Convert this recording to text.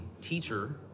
teacher